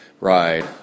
ride